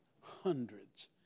hundreds